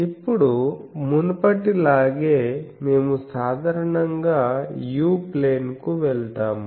ఇప్పుడు మునుపటిలాగే మేము సాధారణంగా u ప్లేన్కు వెళ్తాము